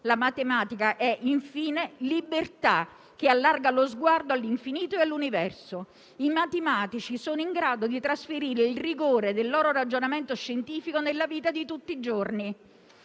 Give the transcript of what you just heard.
La matematica è infine libertà, che allarga lo sguardo all'infinito e all'universo. I matematici sono in grado di trasferire il rigore del loro ragionamento scientifico nella vita di tutti i giorni.